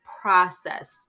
process